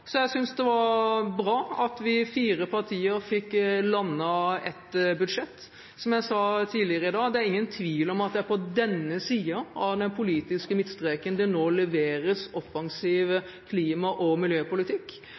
Så jeg synes det var bra at vi fire partier fikk landet et budsjett. Som jeg sa tidligere i dag, det er ingen tvil om at det er på denne siden av den politiske midtstreken det nå leveres offensiv klima- og miljøpolitikk.